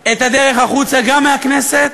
את הדרך החוצה, גם מהכנסת,